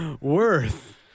worth